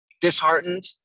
disheartened